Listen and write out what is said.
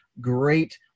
great